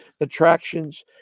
attractions